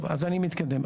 מתקדם.